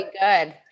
Good